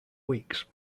weeks